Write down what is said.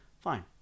fine